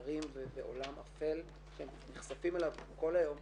ישבנו ארבעה שרים ואמרנו שמעכשיו אנחנו פעם בשבוע יושבים לא ברמה של